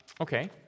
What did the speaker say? Okay